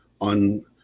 on